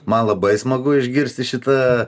man labai smagu išgirsti šitą